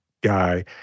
guy